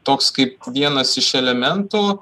toks kaip vienas iš elementų